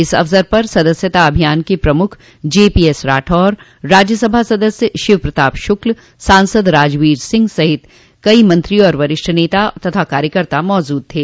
इस अवसर पर सदस्यता अभियान के प्रमुख जेपीएस राठौर राज्यसभा सदस्य शिव प्रताप शुक्ल सांसद राजवीर सिंह सहित कई मंत्री और वरिष्ठ नेता तथा कार्यकर्ता मौजूद थे